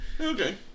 Okay